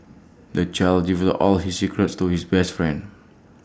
the child divulged all his secrets to his best friend